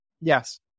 Yes